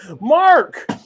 Mark